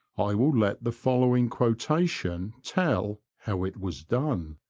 i will let the following quotation tell how it was done